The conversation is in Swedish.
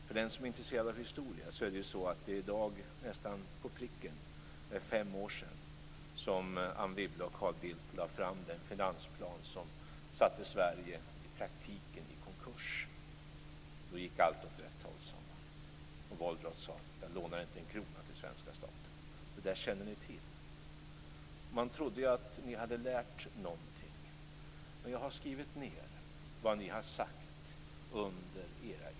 För den som är intresserad av historia är det i dag nästan på pricken fem år sedan som Anne Wibble och Carl Bildt lade fram den finansplan som i praktiken försatte Sverige i konkurs. Då gick allt åt rätt håll, sade man. Och Wolrath sade: Jag lånar inte ut en krona åt svenska staten. Det där känner ni till. Man trodde ju att ni hade lärt er någonting, men jag har skrivit ned vad ni har sagt under era inlägg.